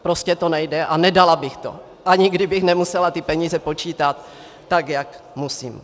Prostě to nejde a nedala bych to, ani kdybych nemusela ty peníze počítat tak, jak musím.